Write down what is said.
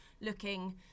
looking